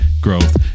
growth